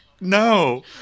No